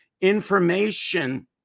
information